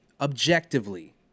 objectively